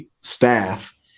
staff